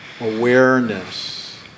awareness